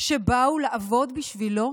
שבאו לעבוד בשבילו?